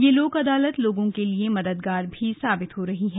यह लोक अदालत लोगों के लिए मददगार भी साबित हो रही है